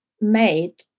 made